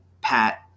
Pat